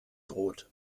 brot